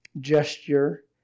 gesture